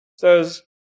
says